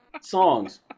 songs